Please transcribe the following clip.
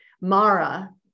Mara